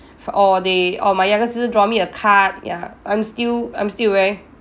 f~ or they or my younger sister draw me a card ya I'm still I'm still very